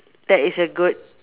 that is a good